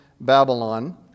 Babylon